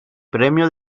premio